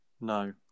No